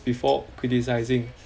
before criticising